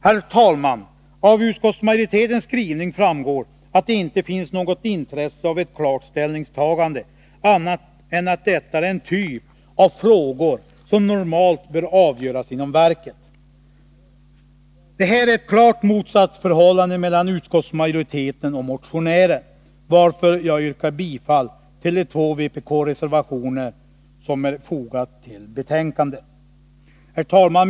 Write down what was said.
Herr talman! Av utskottsmajoritetens skrivning framgår att det inte finns något intresse av ett klart ställningstagande på annat sätt än att man anser att detta är en typ av frågor som normalt bör avgöras inom verket. Det föreligger här ett klart motsatsförhållande mellan utskottsmajoriteten och motionären, varför jag yrkar bifall till de två vpk-reservationer som är fogade till betänkandet. Herr talman!